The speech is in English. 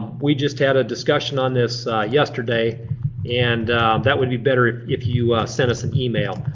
we just had a discussion on this yesterday and that would be better if if you sent us an email.